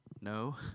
No